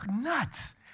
nuts